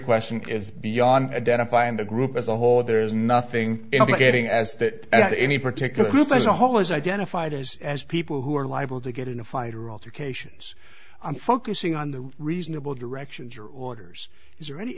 question is beyond identifying the group as a whole there is nothing getting asked that any particular group as a whole is identified as as people who are liable to get in a fight or alter cations i'm focusing on the reasonable directions or orders is there any